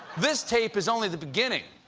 this tape is only the beginning.